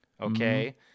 Okay